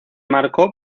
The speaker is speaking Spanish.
marcó